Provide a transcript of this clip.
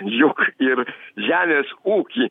juk ir žemės ūkį